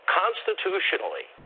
constitutionally